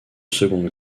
seconde